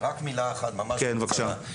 רק מילה אחת, ממש בקצרה.